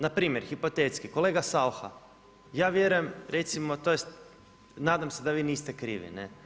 Npr. hipotetski, kolega Saucha, ja vjerujem recimo, tj. nadam se da vi niste krivi.